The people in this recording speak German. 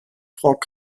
rock